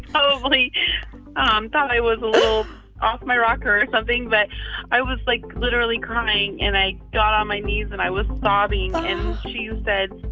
so probably um thought i was off my rocker or something. but i was, like, literally crying. and i got on my knees, and i was sobbing. and she said,